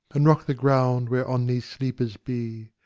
and rock the ground whereon these sleepers be.